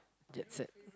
get set